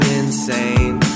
insane